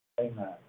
Amen